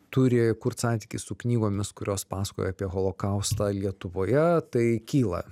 turi kurt santykį su knygomis kurios pasakoja apie holokaustą lietuvoje tai kyla